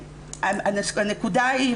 הנקודה היא,